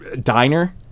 diner